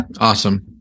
Awesome